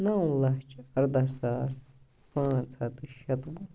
نَو لَچھ اَرداہ ساس پانٛژھ ہَتھ تہٕ شَتوُہ